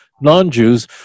non-Jews